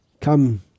come